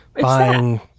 buying